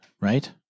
right